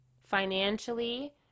financially